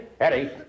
Eddie